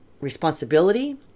responsibility